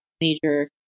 major